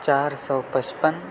چار سو پچپن